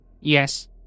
Yes